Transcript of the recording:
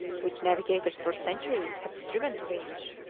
which navigators for centuries had striven to reach?